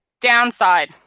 Downside